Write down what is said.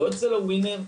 לא אצל הווינר,